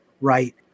right